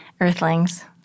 Earthlings